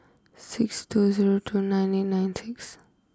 six two zero two nine eight nine six